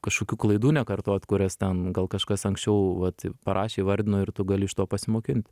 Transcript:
kažkokių klaidų nekartot kurias ten gal kažkas anksčiau vat parašė įvardino ir tu gali iš to pasimokint